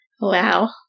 Wow